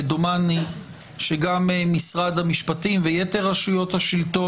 ודומני שגם משרד המשפטים ויתר רשויות השלטון